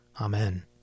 Amen